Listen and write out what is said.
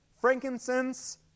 frankincense